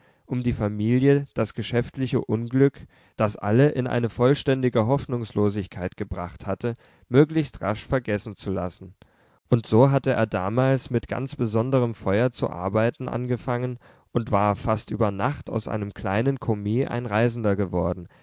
um die familie das geschäftliche unglück das alle in eine vollständige hoffnungslosigkeit gebracht hatte möglichst rasch vergessen zu lassen und so hatte er damals mit ganz besonderem feuer zu arbeiten angefangen und war fast über nacht aus einem kleinen kommis ein reisender geworden